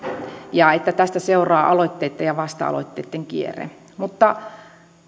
ja että tästä seuraa aloitteitten ja vasta aloitteitten kierre